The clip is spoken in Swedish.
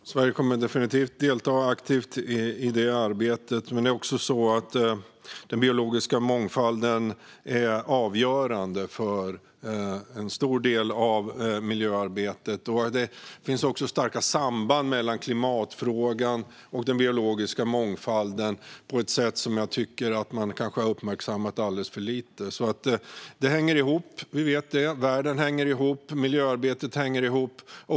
Fru talman! Sverige kommer definitivt att delta aktivt i det arbetet. Men det är också så att den biologiska mångfalden är avgörande för en stor del av miljöarbetet. Det finns starka samband mellan klimatfrågan och den biologiska mångfalden på ett sätt som jag tycker att man har uppmärksammat alldeles för lite. Det hänger ihop - vi vet det. Världen hänger ihop. Miljöarbetet hänger ihop.